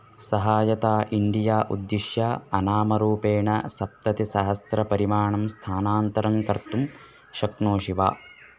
सहायता इण्डिया उद्दिश्य अनामरूपेण सप्ततिसहस्रपरिमाणं स्थानान्तरं कर्तुं शक्नोषि वा